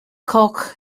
koch